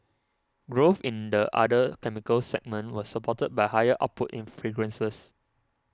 growth in the other chemicals segment was supported by higher output in fragrances